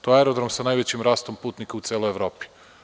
To je aerodrom sa najvećim rastom putnika u celoj Evropi.